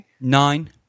Nine